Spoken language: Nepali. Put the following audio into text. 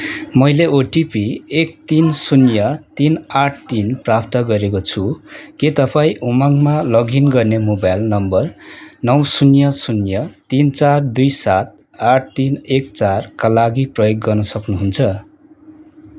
मैले ओटिपी एक तिन शून्य तिन आठ तिन प्राप्त गरेको छु के तपाईँँ उमङमा लगइन गर्ने मोबाइल नम्बर नौ शून्य शून्य तिन चार दुई सात आठ तिन एक चारका लागि प्रयोग गर्न सक्नुहुन्छ